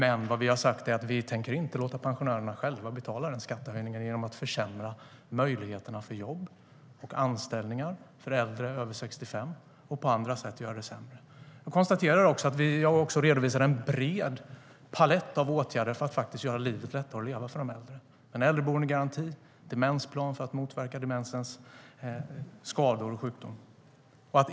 Vi har dock sagt att vi inte tänker låta pensionärerna själva betala den skattesänkningen genom att försämra möjligheterna för jobb och anställningar för äldre över 65 och göra det sämre på andra sätt. Jag konstaterar att vi har redovisat en bred palett av åtgärder för att göra livet lättare att leva för de äldre - en äldreboendegaranti och en demensplan för att motverka demensens skador och sjukdomar.